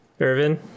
Irvin